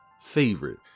favorite